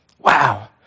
Wow